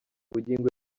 bugingo